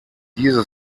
diese